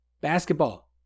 basketball